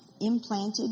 implanted